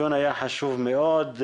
הדיון היה חשוב מאוד,